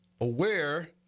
aware